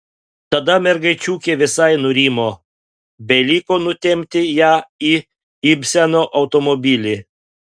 tada mergaičiukė visai nurimo beliko nutempti ją į ibseno automobilį